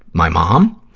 my mom?